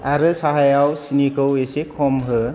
आरो साहायाव सिनिखौ एसे खम हो